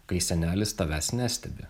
kai senelis tavęs nestebi